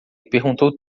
perguntou